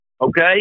okay